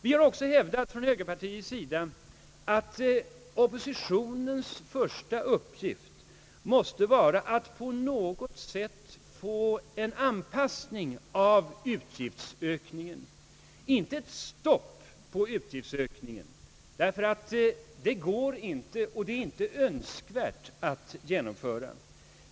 Vi har också hävdat att oppositionens första uppgift måste vara att på något sätt få till stånd en anpassning av utgiftsökningen och produktionsstegringen — inte ett stopp på utgiftsökningen, ty det går inte och det är inte önskvärt att genomföra.